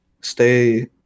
stay